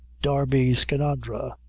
darby skinadre.